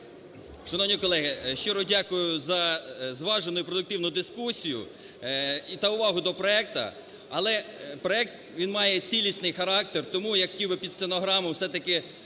Шановні колеги, щиро дякую за зважену і продуктивну дискусію та увагу до проекту, але проект, він має цілісний характер. Тому я хотів би під стенограму все-таки